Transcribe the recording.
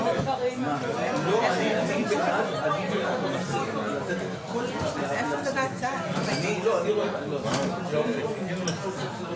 אני חושב שלייצר פה- -- אני חושב שאפשר לנסות להגיע לפשרה